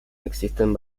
existen